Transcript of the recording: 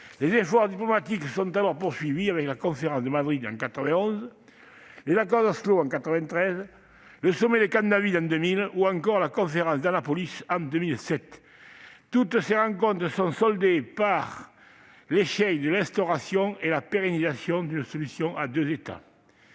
Les efforts diplomatiques se sont ensuite poursuivis, avec la conférence de Madrid en 1991, les accords d'Oslo en 1993, le sommet de Camp David en 2000, ou encore la conférence d'Annapolis en 2007. Toutes ces rencontres se sont soldées par l'échec de l'instauration et de la pérennisation d'une solution à deux États.